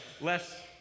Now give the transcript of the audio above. less